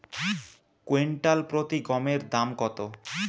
Quintal প্রতি গমের দাম কত?